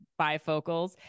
bifocals